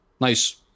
Nice